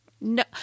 No